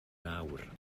nawr